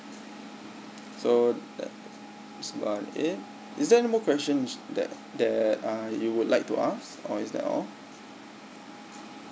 so eh is there any more questions that that uh you would like to ask or is that all